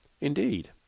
Indeed